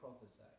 prophesy